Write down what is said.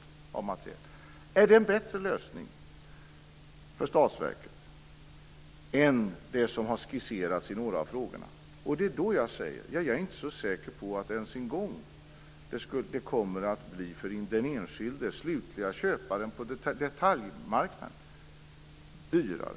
Är det en bättre lösning för statsverket än det som har skisserats i några av frågorna? Det är då jag säger att jag inte är så säker på att det ens för för den enskilde slutlige köparen på detaljmarknaden kommer att bli dyrare.